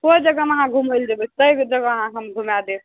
कोई जगहमे अहाँ घुमय लए जेबय तै जगह अहाँ हम घुमाय देब